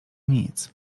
nic